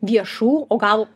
viešų o gal